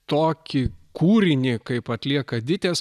tokį kūrinį kaip atlieka ditės